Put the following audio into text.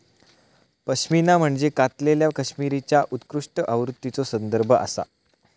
पश्मिना म्हणजे कातलेल्या कश्मीरीच्या उत्कृष्ट आवृत्तीचो संदर्भ आसा